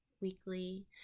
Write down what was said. weekly